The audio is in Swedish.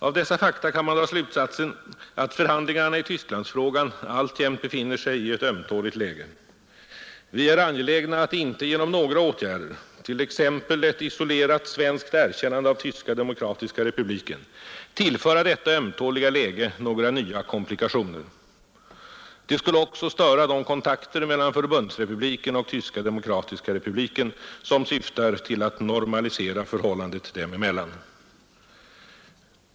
Av dessa fakta kan man dra slutsatsen, att förhandlingarna i Tysklandsfrågan alltjämt befinner sig i ett ömtåligt läge. Vi är angelägna att inte genom några åtgärder — t.ex. ett isolerat svenskt erkännande av Tyska demokratiska republiken — tillföra detta ömtåliga läge några nya komplikationer. Det skulle också störa de kontakter mellan Förbundsrepubliken och Tyska demokratiska republiken, som syftar till att normalisera förhållandet dem emellan.